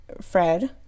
Fred